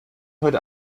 heute